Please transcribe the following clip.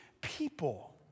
people